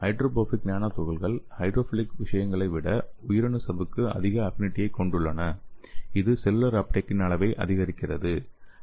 hydrophobic nano துகள்கள் hydrophilic விடயங்களை விட உயிரணு சவ்வுக்கு அதிக அஃப்பினிடியை கொண்டுள்ளன இது செல்லுலார் அப்டேக்கின் அளவை அதிகரிக்கிறது